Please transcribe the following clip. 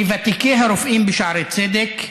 מוותיקי הרופאים בשערי צדק,